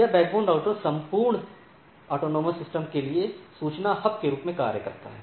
यह backbone router संपूर्ण स्वायत्त प्रणाली के लिए सूचना हब के रूप में कार्य करता है